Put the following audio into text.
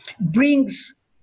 brings